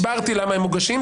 הסברתי למה הם מוגשים.